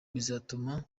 bizatuma